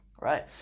right